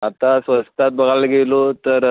आता स्वस्तात बघायला गेलो तर